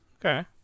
Okay